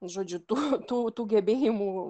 žodžiu tų tų tų gebėjimų